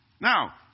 Now